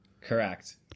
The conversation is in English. Correct